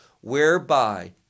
whereby